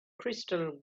crystal